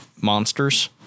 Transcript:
monsters